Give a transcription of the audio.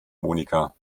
monika